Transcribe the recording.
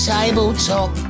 Tabletop